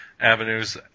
avenues